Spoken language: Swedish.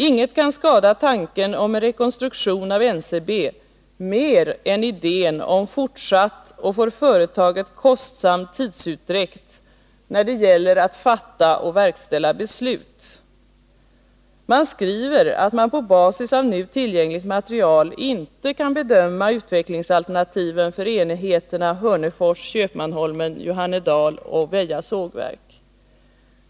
Inget kan skada tanken om en rekonstruktion av NCB mer än idén om fortsatt och för företaget kostsam tidsutdräkt när det gäller att fatta och verställa beslut. Man skriver att man på basis av nu tillgängligt material inte kan bedöma utvecklingsalternativen för enheterna Hörnefors, Köpmanholmen, Johannedal och Väja sågverk.